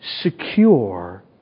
secure